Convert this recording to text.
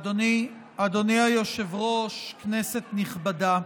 אדוני היושב-ראש, כנסת נכבדה,